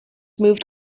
moved